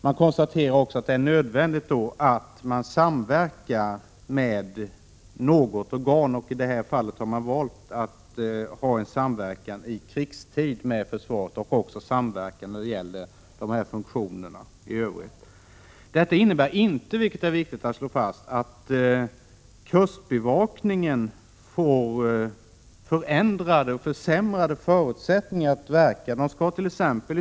Man framhåller också att det är nödvändigt att kustbevakningen samverkar med något organ. I detta fall har man valt samverkan i krigstid med försvaret och även i övrigt samverkan när det gäller de nämnda funktionerna. Detta innebär inte, vilket är viktigt att slå fast, att kustbevakningen får förändrade eller försämrade förutsättningar att verka. Kustbevakningen skallt.ex.